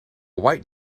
white